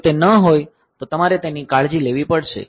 જો તે ન હોય તો તમારે તેની કાળજી લેવી પડશે